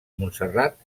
montserrat